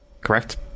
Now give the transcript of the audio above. Correct